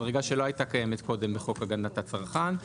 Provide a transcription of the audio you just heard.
מדרגה שלא הייתה קיימת קודם בחוק הגנת הצרכן.